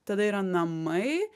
tada yra namai